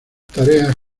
tareas